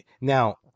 Now